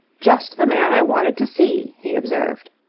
just the man i wanted to see, he observed.